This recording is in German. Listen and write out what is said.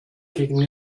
gegen